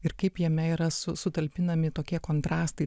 ir kaip jame yra sutalpinami tokie kontrastai